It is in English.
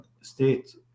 state